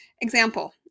example